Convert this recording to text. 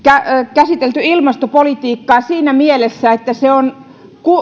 käsitelty ilmastopolitiikkaa siinä mielessä että se on